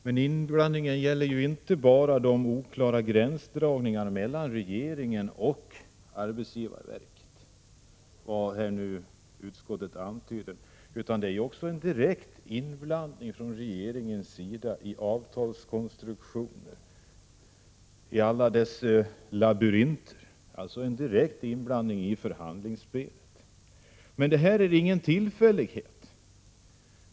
Men kritiken gäller inte bara de oklara gränsdragningarna mellan regeringen och arbetsgivarverket, vad än utskottet antyder, utan också en direkt inblandning från regeringens sida i avtalskonstruktioner och i förhandlingsspelet i alla dessa labyrinter. Detta är ingen tillfällighet.